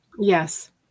Yes